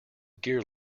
gear